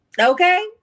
Okay